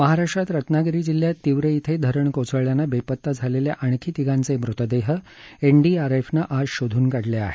महाराष्ट्रात रत्नागिरी जिल्ह्यात तिवरे इथं धरण कोसळल्यानं बेपत्ता झालेल्या आणखी तिघांचे मृतदेह एनडीआरएफनं आज शोधून काढले आहेत